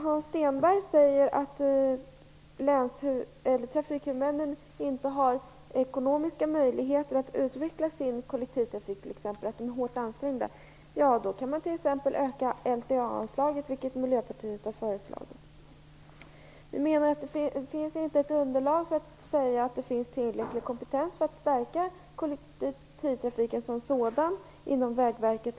Hans Stenberg säger att trafikhuvudmännen inte har ekonomiska möjligheter att utveckla sin kollektivtrafik, och att de är hårt ansträngda. Då kan man t.ex., som Miljöpartiet har föreslagit, öka LTA-anslaget. Vi menar att det inte finns något underlag för att säga att det finns tillräcklig kompetens för att stärka kollektivtrafiken som sådan inom Vägverket.